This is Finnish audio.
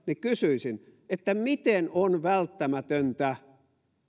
että miten on välttämätöntä